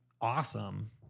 awesome